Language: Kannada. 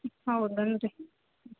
ಹ್ಞೂ ಹೌದಾ ಅನ್ರಿ